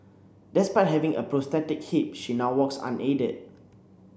despite having a prosthetic hip she now walks unaided